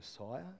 Messiah